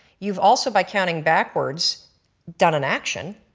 you've also by counting backwards done an action,